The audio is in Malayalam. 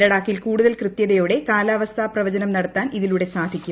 ലഡാക്കിൽ കൂടുതൽ കൃത്യതയോടെ കാലാവസ്ഥാ പ്രവചനം നടത്താൻ ഇതിലൂടെ സാധിക്കും